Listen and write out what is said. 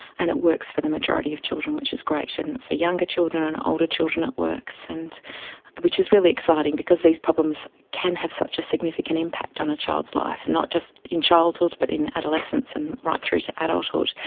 and it works for the majority of children, which is great. and for younger children and older children it works, which is really exciting because these problems can have such a significant impact on a child's life, not just in childhood but in adolescence and right through to adulthood.